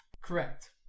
Correct